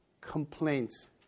complaints